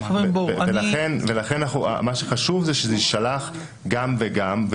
ולכן חשוב שזה יישלח גם וגם.